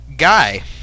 Guy